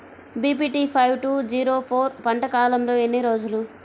BPT five two zero four పంట కాలంలో ఎన్ని రోజులు?